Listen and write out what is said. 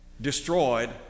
destroyed